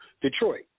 Detroit